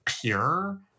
pure